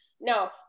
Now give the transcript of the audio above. No